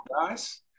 guys